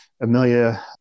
Amelia